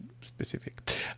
specific